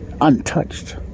untouched